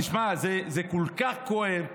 תשמע, זה כל כך כואב.